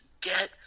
get